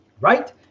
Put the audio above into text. right